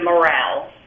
morale